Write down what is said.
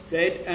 right